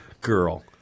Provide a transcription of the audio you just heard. girl